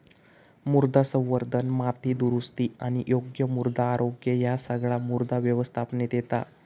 मृदा संवर्धन, माती दुरुस्ती आणि योग्य मृदा आरोग्य ह्या सगळा मृदा व्यवस्थापनेत येता